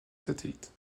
satellite